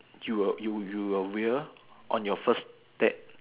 you will you you will wear on your first date